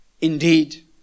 indeed